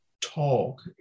talk